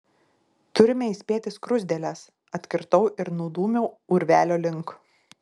turime įspėti skruzdėles atkirtau ir nudūmiau urvelio link